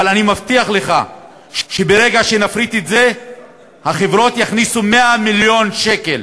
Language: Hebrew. אבל אני מבטיח לך שברגע שנפריט את זה החברות יכניסו 100 מיליון שקל,